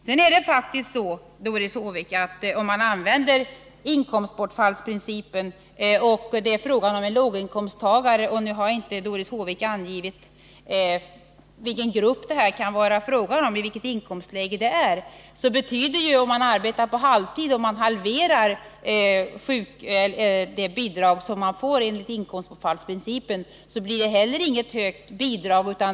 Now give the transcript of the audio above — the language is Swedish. Sedan är det faktiskt så, Doris Håvik, att om man använder inkomstbortfallsprincipen och det är fråga om en låginkomsttagare — Doris Håvik har inte angivit vilket inkomstläge det är fråga om — blir det inte heller då för en person som arbetar på halvtid, dvs. med halverad ersättning, något stort bidrag.